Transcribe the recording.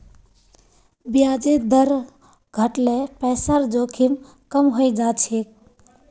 ब्याजेर दर घट ल पैसार जोखिम कम हइ जा छेक